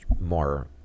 more